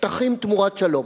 "שטחים תמורת שלום"